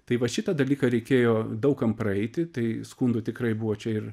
tai va šitą dalyką reikėjo daug kam praeiti tai skundų tikrai buvo čia ir